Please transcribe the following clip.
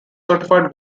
certified